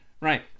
Right